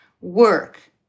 work